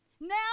Now